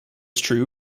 true